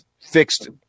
fixed –